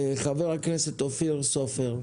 ח"כ אופיר סופר.